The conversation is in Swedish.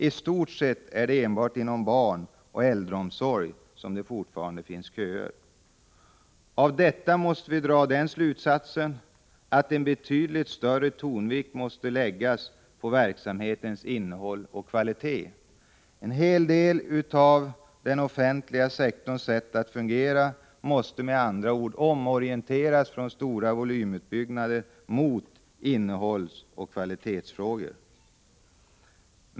I stort sett är det bara inom barnoch äldreomsorg som det förestår volymutbyggnad. Av detta måste vi dra den slutsatsen att en betydligt större tonvikt måste läggas på verksamhetens innehåll och kvalitet. En hel del av den offentliga sektorns sätt att fungera måste med andra ord omorienteras från stora volymutbyggnader mot innehållsoch kvalitetsfrågor.